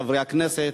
חברי הכנסת,